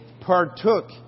partook